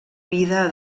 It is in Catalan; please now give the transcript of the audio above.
vida